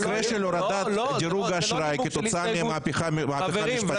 במקרה של הורדת דירוג האשראי כתוצאה ממהפכה משפטית -- לא,